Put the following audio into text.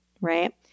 Right